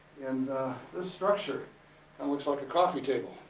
and this structure and looks like a coffee table,